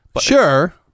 Sure